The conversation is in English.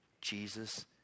Jesus